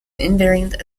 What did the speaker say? invariant